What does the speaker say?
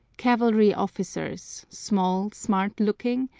cavalry officers, small, smart-looking,